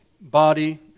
body